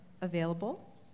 available